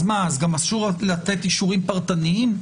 אז מה, גם אסור לתת אישורים פרטניים?